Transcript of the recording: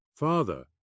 Father